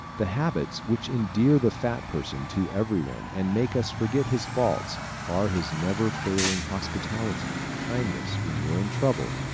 the habits which endear the fat person to everyone and make us forget his faults are his never-failing hospitality, kindness when you are in trouble,